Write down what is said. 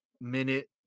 minute